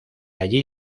allí